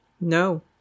No